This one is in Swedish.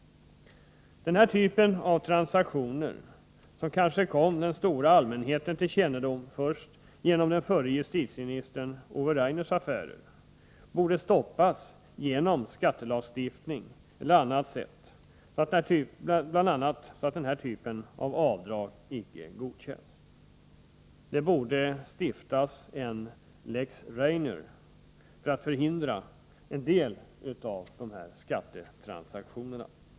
Denna typ av transaktioner, som kanske kom den stora allmänheten till kännedom först genom den förre justitieministern Ove Rainers affärer, borde stoppas genom skattelagstiftningen eller på annat sätt, så att denna typ av avdrag icke godkänns. Det borde stiftas en lex Rainer för att förhindra en del av dessa skattetransaktioner.